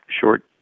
short